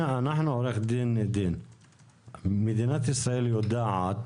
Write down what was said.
עו"ד דין, מדינת ישראל יודעת